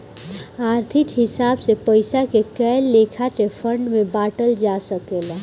आर्थिक हिसाब से पइसा के कए लेखा के फंड में बांटल जा सकेला